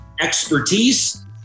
expertise